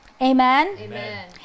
Amen